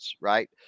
right